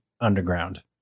underground